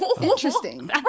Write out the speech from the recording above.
Interesting